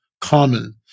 common